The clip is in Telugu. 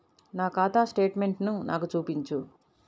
నా ఖాతా స్టేట్మెంట్ను నాకు చూపించు